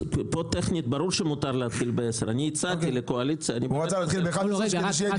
ברור שמותר להתחיל בשעה 10:00 אבל אני הצעתי לקואליציה להתחיל ב-11:00.